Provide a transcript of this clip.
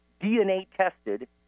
DNA-tested